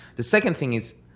the second thing is,